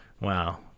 Wow